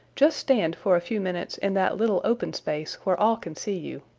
just stand for a few minutes in that little open space where all can see you.